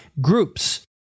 groups